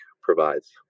provides